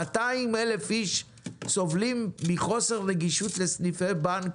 200,000 איש סובלים מחוסר נגישות לסניפי בנק